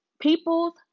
People's